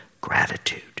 gratitude